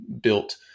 built